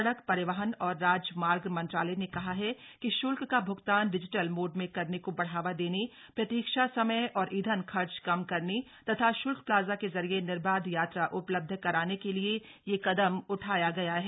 सड़क परिवहन और राजमार्ग मंत्रालय ने कहा है कि शुल्क का भ्गतान डिजिटल मोड में करने को बढ़ावा देने प्रतीक्षा समय और ईंधन खर्च कम करने तथा शुल्क प्लाजा के जरिये निर्बाध यात्रा उपलब्ध कराने के लिए यह कदम उठाया गया है